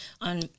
on